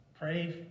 Pray